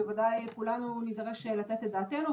בוודאי שכולנו נידרש לתת את דעתנו,